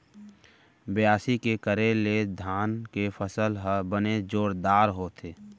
बियासी के करे ले धान के फसल ह बने जोरदार होथे